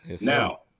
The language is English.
Now